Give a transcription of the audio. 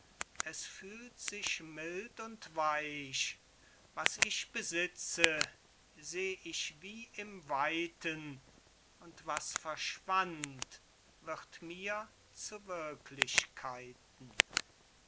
es fühlt sich mild und weich was ich besitze seh ich wie im weiten und was verschwand wird mir zu wirklichkeiten